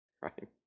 right